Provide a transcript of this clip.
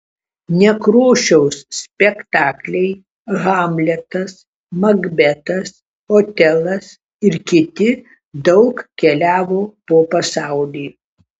nekrošiaus spektakliai hamletas makbetas otelas ir kiti daug keliavo po pasaulį